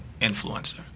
influencer